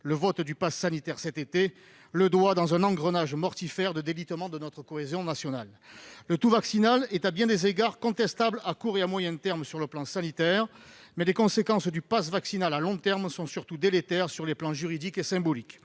dernier, nous avons mis le doigt dans un engrenage mortifère de délitement de la cohésion nationale. Le tout vaccinal est à bien des égards contestable à court et à moyen terme d'un point de vue sanitaire, mais les conséquences du passe vaccinal à long terme sont surtout délétères d'un point de vue juridique et symbolique.